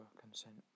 consent